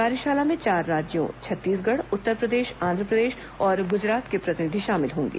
कार्यशाला में चार राज्यों छत्तीसगढ़ उत्तरप्रदेश आंध्रप्रदेश और गुजरात के प्रतिनिधि शामिल होंगे